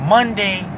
Monday